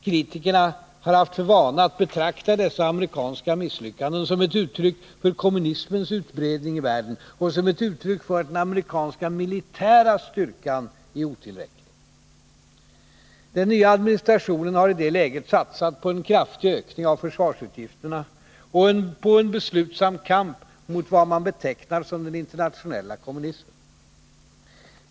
Kritikerna har haft för vana att betrakta dessa amerikanska misslyckanden som ett uttryck för kommunismens utbredning i världen och som ett uttryck för att den amerikanska militära styrkan är otillräcklig. Den nya administrationen har i det läget satsat på en kraftig ökning av försvarsutgifterna och på en beslutsam kamp mot vad man betecknar som den internationella kommunismen.